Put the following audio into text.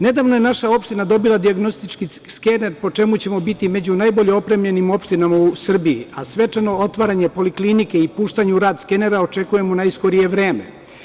Nedavno je naša opština dobila dijagnostički skener, po čemu ćemo biti među najbolje opremljenim opštinama u Srbiji, a svečano otvaranje poliklinike i puštanje u rad skenera očekujemo u najskorije vreme.